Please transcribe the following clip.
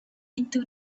into